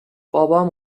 بابام